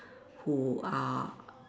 who are